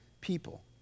people